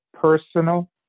personal